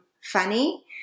funny